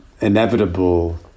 inevitable